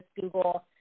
Google